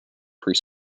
pre